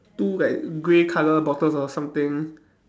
two like grey colour bottles or something